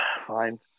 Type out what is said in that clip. fine